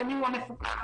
מיהו המפוקח,